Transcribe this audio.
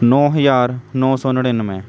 ਨੌ ਹਜ਼ਾਰ ਨੌ ਸੌ ਨੜੇਨਵੇਂ